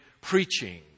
preaching